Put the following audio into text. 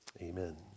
Amen